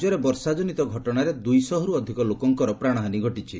ରାଜ୍ୟରେ ବର୍ଷାଜନିତ ଘଟଣାରେ ଦୁଇଶହର୍ ଅଧିକ ଲୋକଙ୍କର ପ୍ରାଣହାନୀ ଘଟିଛି